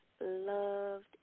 Loved